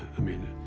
i mean,